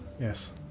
Yes